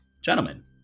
Gentlemen